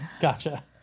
Gotcha